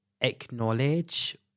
acknowledge